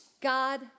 God